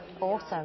Awesome